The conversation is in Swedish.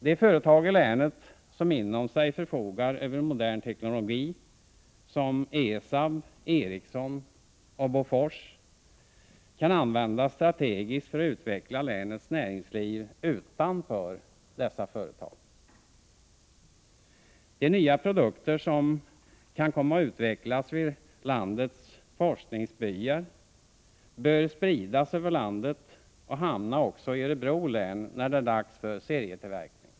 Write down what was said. De företag i länet som förfogar över modern teknologi, som ESAB, Ericsson och Bofors, kan användas strategiskt för att utveckla länets näringsliv utanför dessa företag. De nya produkter som kan komma att utvecklas vid landets forskningsbyar bör spridas över landet och hamna också inom Örebro län när det är dags för serietillverkning.